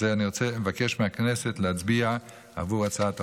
אני מבקש מהכנסת להצביע עבור הצעת החוק.